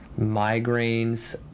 migraines